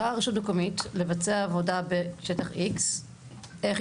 באה רשות מקומית לבצע עבודה בשטח X. איך היא